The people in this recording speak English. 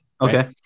okay